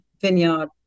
vineyard